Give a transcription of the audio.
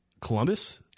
Columbus